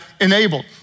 enabled